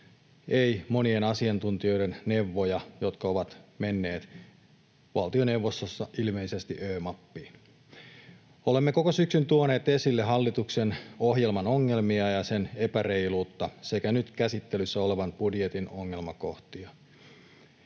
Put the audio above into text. ei monien asiantuntijoiden neuvoja, jotka ovat menneet valtioneuvostossa ilmeisesti Ö-mappiin. Olemme koko syksyn tuoneet esille hallituksen ohjelman ongelmia ja sen epäreiluutta sekä nyt käsittelyssä olevan budjetin ongelmakohtia.